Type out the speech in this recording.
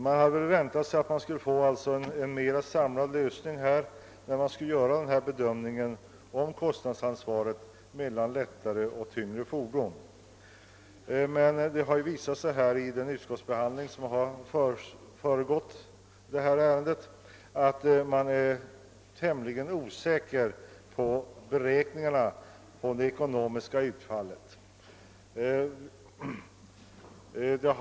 Vi hade väntat oss en mer samlad lösning vid fördelningen av kostnadsansvaret mellan lättare och tyngre fordon. Vid utskottsbehandlingen av detta ärende har det visat sig att man är tämligen osäker om det ekonomiska utfallet.